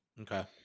okay